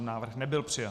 Návrh nebyl přijat.